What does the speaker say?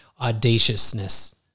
audaciousness